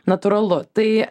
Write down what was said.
natūralu tai